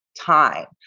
time